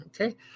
Okay